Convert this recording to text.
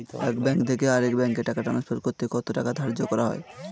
এক ব্যাংক থেকে আরেক ব্যাংকে টাকা টান্সফার করতে কত টাকা ধার্য করা হয়?